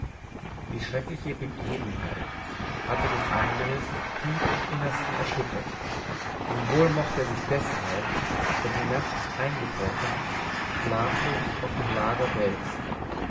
die schreckliche begebenheit hatte den andres tief im innersten erschüttert und wohl mochte er sich deshalb wenn die nacht eingebrochen schlaflos auf dem lager wälzen